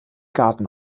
garten